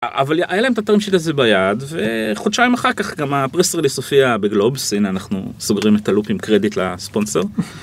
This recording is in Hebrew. אבל היה להם את ה-term sheet הזה ביד וחודשיים אחר כך גם ה-press relase הופיע בגלובס. הינה אנחנו סוגרים את הלופ עם קרדיט לספונסר.